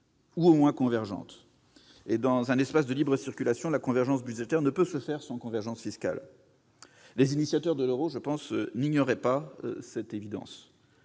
ou, au moins, convergente. Et dans un espace de libre circulation, la convergence budgétaire ne peut se faire sans convergence fiscale. Les créateurs de l'euro, je le pense, n'ignoraient pas cette évidence,